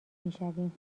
میشویم